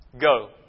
Go